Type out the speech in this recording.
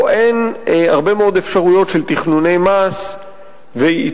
פה אין הרבה מאוד אפשרויות של תכנוני מס והתחמקויות.